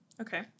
Okay